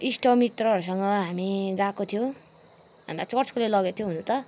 इष्टमित्रहरूसँग हामी गएको थियो हामीलाई चर्चकोले लगेको थियो हुनु त